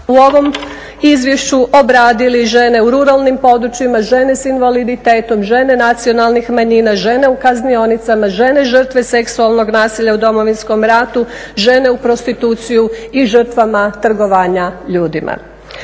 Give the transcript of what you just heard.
u ovom izvješću obradili žene u ruralnim područjima, žene s invaliditetom, žene nacionalnih manjina, žene u kaznionicama, žene žrtve seksualnog nasilja u Domovinskom ratu, žene u prostituciji i žrtvama trgovanja ljudima.